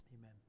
Amen